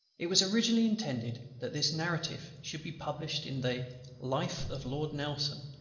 it was originally intended that this narrative should be published in the life of lord nelson,